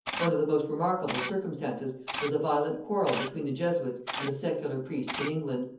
one of the most remarkable circumstances was a violent quarrel between the jesuits and the secular priests in england.